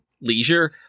leisure